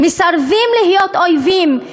"מסרבים להיות אויבים",